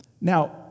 Now